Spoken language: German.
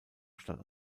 stadt